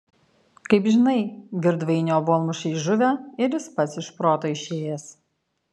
kaip žinai girdvainio obuolmušiai žuvę ir jis pats iš proto išėjęs